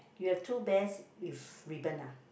you have two bears with ribbon ah